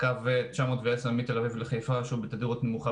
קו 910 מתל אביב לחיפה שהוא בתדירות נמוכה